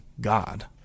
God